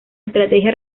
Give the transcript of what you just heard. estrategia